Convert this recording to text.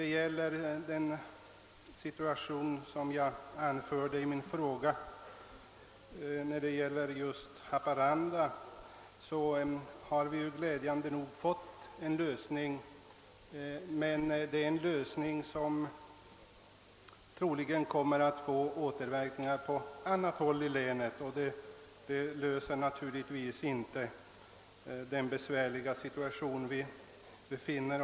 Beträffande den aktuella situationen på akutavdelningen vid lasarettet i Haparanda, som jag tog upp i min fråga, har vi ju glädjande nog lyckats komma fram till en lösning. Denna lösning kommer dock troligen att få återverkningar på annat håll i länet, och den förbättrar därför inte den besvärliga situationen i länet.